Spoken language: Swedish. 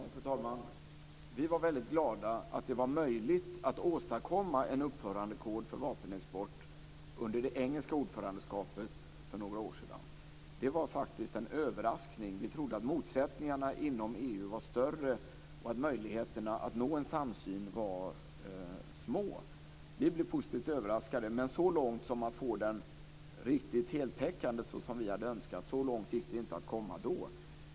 Fru talman! Vi var väldigt glada att det var möjligt att åstadkomma en uppförandekod för vapenexport under det engelska ordförandeskapet för några år sedan. Det var faktiskt en överraskning. Vi trodde att motsättningarna inom EU var större och att möjligheterna att nå en samsyn var små. Vi blev positivt överraskade. Men så långt som att få den riktigt heltäckande, såsom vi hade önskat, gick det inte att komma då.